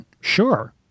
Sure